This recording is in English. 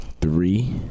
Three